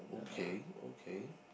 okay okay